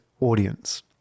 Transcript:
audience